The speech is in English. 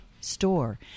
Store